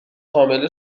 حامله